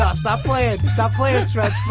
ah stop playing. stop playing, stretch